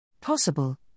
Possible